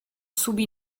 subì